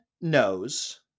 knows